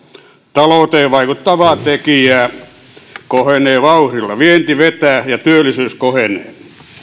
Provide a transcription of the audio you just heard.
talouteen vaikuttavaa tekijää kohenee vauhdilla vienti vetää ja työllisyys kohenee